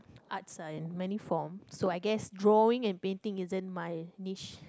arts are in many form so I guess drawing and painting isn't my niche